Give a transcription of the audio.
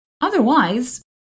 Otherwise